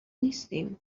نیستیم